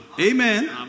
Amen